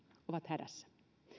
ovat hädässä